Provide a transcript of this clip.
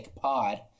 Pod